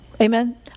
Amen